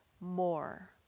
more